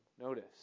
Notice